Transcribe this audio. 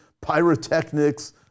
pyrotechnics